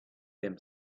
them